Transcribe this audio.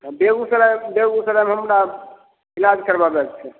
तऽ बेगूसराय बेगूसरायमे हमरा ईलाज करबाबैके छै